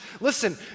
Listen